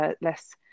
less